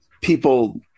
People